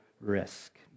risk